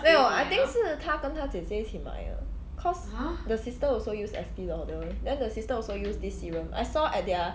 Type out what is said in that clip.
没有 I think 是他跟他姐姐一起买的 because the sister also use Estee Lauder then the sister also use this serum I saw at their